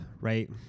right